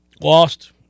Lost